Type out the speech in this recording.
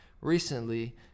Recently